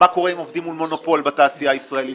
מה קורה אם עובדים מול מונופול בתעשייה הישראלית,